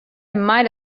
might